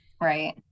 right